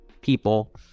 people